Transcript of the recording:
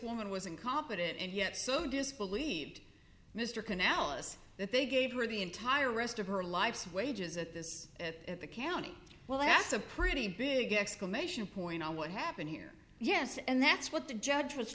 woman was incompetent and yet so disbelieved mr canalis that they gave her the entire rest of her life's wages at this at the county well that's a pretty big exclamation point on what happened here yes and that's what the judge was